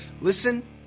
Listen